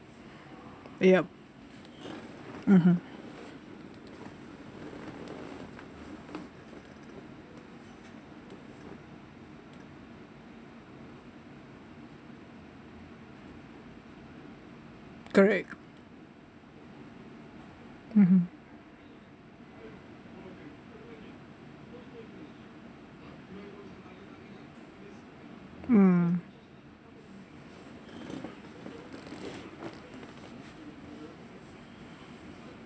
ya mmhmm correct mmhmm mm